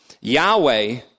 Yahweh